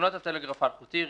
"תקנות הטלגרף האלחוטי (רישיונות,